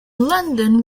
london